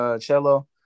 Cello